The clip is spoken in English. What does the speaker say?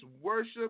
worship